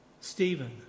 Stephen